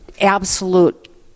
absolute